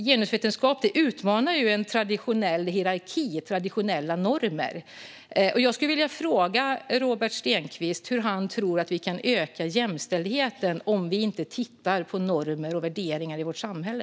Genusvetenskap utmanar ju en traditionell hierarki och traditionella normer. Jag skulle vilja fråga Robert Stenkvist hur han tror att vi kan öka jämställdheten om vi inte tittar på normer och värderingar i vårt samhälle.